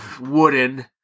wooden